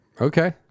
Okay